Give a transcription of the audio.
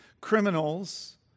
Criminals